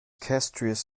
castries